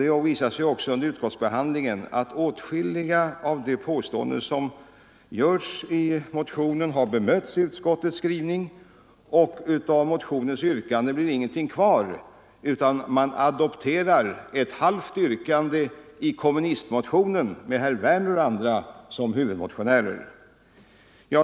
Det visade sig också under utskottsbehandlingen att åtskilliga av de påståenden som görs i motionen kunde bemötas i utskottets skrivning. Av motionens yrkande blir ingenting kvar, utan man adopterar ett halvt yrkande i kommunistmotionen med herr Werner i Tyresö och andra som motionärer.